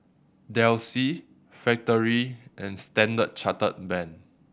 Delsey Factorie and Standard Chartered Bank